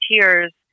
volunteers